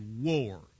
war